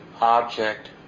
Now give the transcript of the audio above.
object